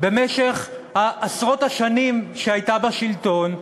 במשך עשרות השנים שהייתה בשלטון,